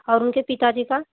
और उनके पिताजी का